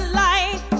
light